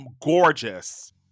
gorgeous